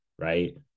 right